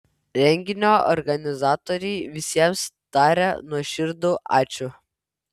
renginio organizatoriai visiems taria nuoširdų ačiū